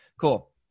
cool